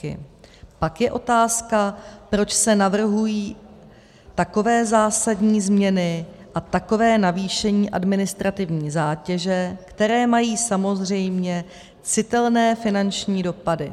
Pak je otázka, proč se navrhují takové zásadní změny a takové navýšení administrativní zátěže, které mají samozřejmě citelné finanční dopady.